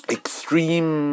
extreme